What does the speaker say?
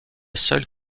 seul